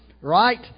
Right